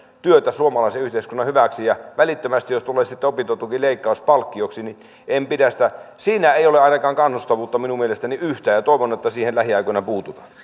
työtä suomalaisen yhteiskunnan hyväksi ja siitä jos välittömästi tulee sitten opintotukileikkaus palkkioksi en pidä siinä ei ole ainakaan kannustavuutta minun mielestäni yhtään ja toivon että siihen lähiaikoina puututaan